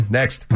next